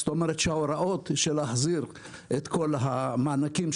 זאת אומרת שההוראות של להחזיר את כל המענקים,